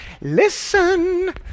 Listen